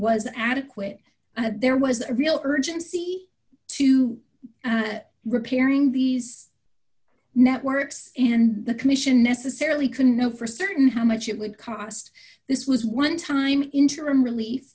was adequate there was a real urgency to repairing these networks and the commission necessarily couldn't know for certain how much it would cost this was one time interim relief